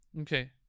Okay